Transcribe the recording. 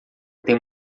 tem